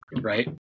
right